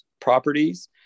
properties